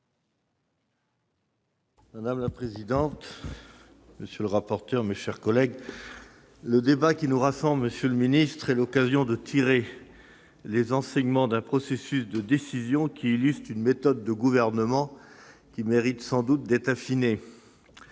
Madame la présidente, monsieur le secrétaire d'État, mes chers collègues, le débat qui nous rassemble est l'occasion de tirer les enseignements d'un processus de décision qui illustre une méthode de gouvernement méritant sans doute d'être affinée.